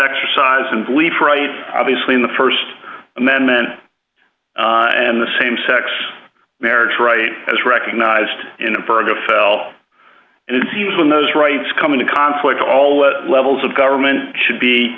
exercise and belief right obviously in the st amendment and the same sex marriage rights as recognized in affirmative fell and it seems when those rights come into conflict all levels of government should be